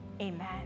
Amen